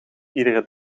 iedere